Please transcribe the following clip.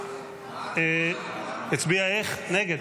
--- נגד.